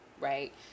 right